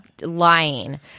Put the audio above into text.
lying